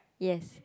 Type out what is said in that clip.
yes